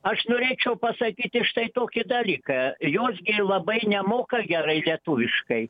aš norėčiau pasakyti štai tokį dalyką jos gi labai nemoka gerai lietuviškai